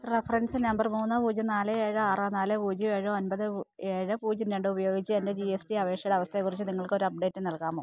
reference number മൂന്ന് പൂജ്യം നാല് ഏഴ് ആറ് നാല് പൂജ്യം ഏഴ് ഒൻപത് പു ഏഴ് പൂജ്യം രണ്ട് ഉപയോഗിച്ച് എൻ്റെ ജി എസ് ഡി അപേക്ഷയുടെ അവസ്ഥയെക്കുറിച്ച് നിങ്ങൾക്കൊരു അപ്ഡേറ്റ് നൽകാമോ